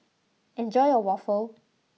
enjoy your waffle